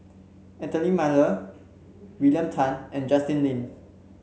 Anthony Miller William Tan and Justin Lean